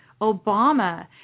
Obama